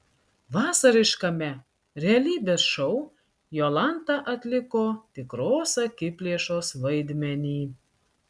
vasariškame realybės šou jolanta atliko tikros akiplėšos vaidmenį